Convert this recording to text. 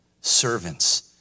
servants